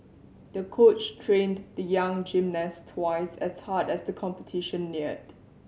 the coach trained the young gymnast twice as hard as the competition neared